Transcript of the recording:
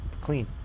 clean